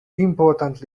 important